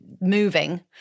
moving